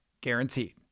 guaranteed